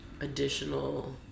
additional